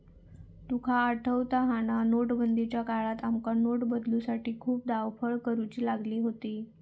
तुका आठवता हा ना, नोटबंदीच्या काळात आमका नोट बदलूसाठी खूप धावपळ करुची लागली होती